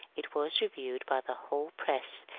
it was reviewed by the whole press,